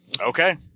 Okay